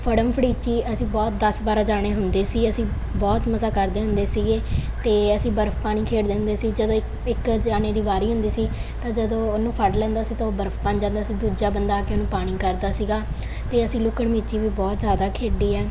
ਫੜਨ ਫੜੀਚੀ ਅਸੀਂ ਬਹੁਤ ਦਸ ਬਾਰਾਂ ਜਾਣੇ ਹੁੰਦੇ ਸੀ ਅਸੀਂ ਬਹੁਤ ਮਜ਼ਾ ਕਰਦੇ ਹੁੰਦੇ ਸੀਗੇ ਅਤੇ ਅਸੀਂ ਬਰਫ ਪਾਣੀ ਖੇਡਦੇ ਹੁੰਦੇ ਸੀ ਜਦੋਂ ਇਕ ਇੱਕ ਜਣੇ ਦੀ ਵਾਰੀ ਹੁੰਦੀ ਸੀ ਤਾਂ ਜਦੋਂ ਉਹਨੂੰ ਫੜ ਲੈਂਦਾ ਸੀ ਤਾਂ ਉਹ ਬਰਫ ਬਣ ਜਾਂਦਾ ਸੀ ਦੂਜਾ ਬੰਦਾ ਆ ਕੇ ਉਹਨੂੰ ਪਾਣੀ ਕਰਦਾ ਸੀਗਾ ਅਤੇ ਅਸੀਂ ਲੁਕਣ ਮੀਚੀ ਵੀ ਬਹੁਤ ਜ਼ਿਆਦਾ ਖੇਡੀ ਹੈ